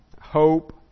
hope